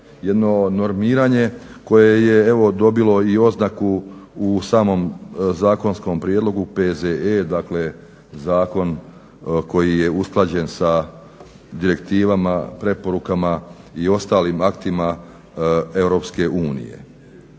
jedno normiranje koje je evo dobilo oznaku u samom zakonskom prijedlogu P.Z.E. dakle zakon koji je usklađen sa direktivama, preporukama i ostalim aktima EU.